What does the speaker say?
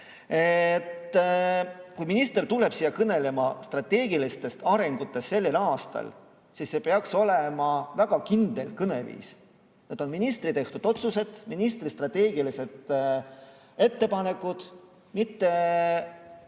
Kui minister tuleb siia kõnelema strateegilistest arengutest sellel aastal, siis see peaks olema väga kindel kõneviis – need on ministri tehtud otsused, ministri strateegilised ettepanekud –, mitte